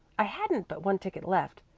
i hadn't but one ticket left,